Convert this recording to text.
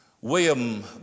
William